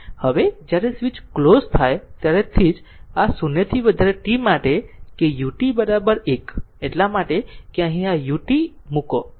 હવે જ્યારે આ સ્વિચ ક્લોઝ થાય ત્યારે જ 0 થી વધારે t માટે કે ut 1 એટલા માટે અહીં આ ut મૂકો તે લખ્યું છે